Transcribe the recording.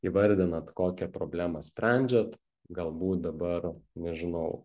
įvardinant kokią problemą sprendžiat galbūt dabar nežinau